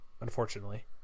unfortunately